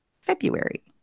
February